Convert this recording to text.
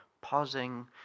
pausing